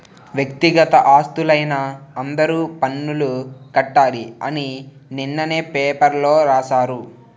వ్యక్తిగత ఆస్తులైన అందరూ పన్నులు కట్టాలి అని నిన్ననే పేపర్లో రాశారు